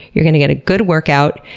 you're gonna get a good workout,